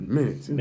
minute